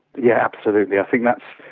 yeah absolutely, i think that's,